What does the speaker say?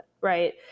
right